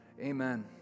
Amen